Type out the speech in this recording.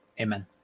Amen